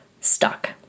stuck